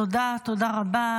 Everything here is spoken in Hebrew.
תודה רבה.